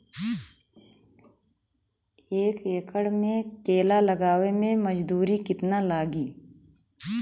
एक एकड़ में केला लगावे में मजदूरी कितना लागी?